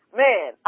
man